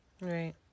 Right